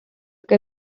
que